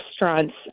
restaurants